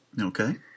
Okay